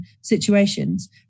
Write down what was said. situations